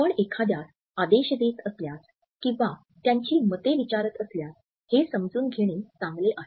आपण एखाद्यास आदेश देत असल्यास किंवा त्यांची मते विचारत असल्यास हे समजून घेणे चांगले आहे